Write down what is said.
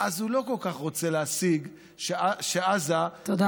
אז הוא לא כל כך רוצה להשיג שעזה המציאות